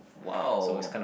!wow!